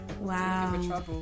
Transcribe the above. wow